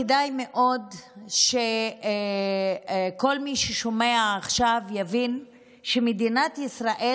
כדאי מאוד שכל מי ששומע עכשיו יבין שמדינת ישראל